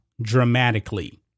Dramatically